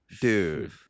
dude